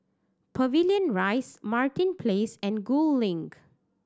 Pavilion Rise Martin Place and Gul Link